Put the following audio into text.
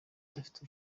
udafite